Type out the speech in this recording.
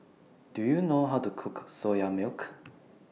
Do YOU know How to Cook Soya Milk